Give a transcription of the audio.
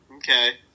Okay